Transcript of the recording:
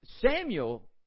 Samuel